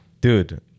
Dude